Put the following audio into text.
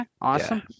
Awesome